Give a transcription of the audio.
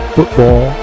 Football